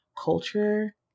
culture